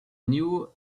knew